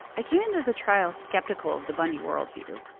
i came into the trial skeptical of the bundy worldview,